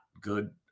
good